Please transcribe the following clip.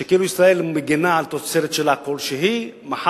שכאילו ישראל מגינה על תוצרת כלשהי שלה,